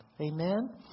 Amen